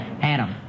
Adam